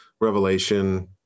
revelation